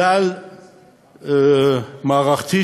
כלל-מערכתית: